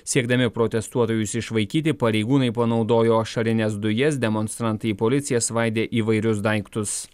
siekdami protestuotojus išvaikyti pareigūnai panaudojo ašarines dujas demonstrantai į policiją svaidė įvairius daiktus